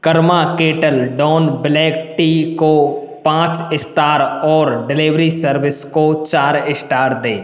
Karma Kettle Dawn black tea को पाँच star और डिलीवरी सर्विस को चार स्टार दें